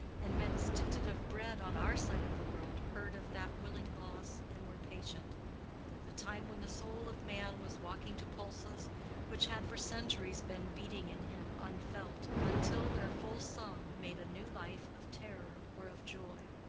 and men stinted of bread on our side of the world heard of that willing loss and were patient a time when the soul of man was walking to pulses which had for centuries been beating in him unfelt, until their full sum made a new life of terror or of joy.